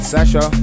Sasha